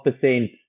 percent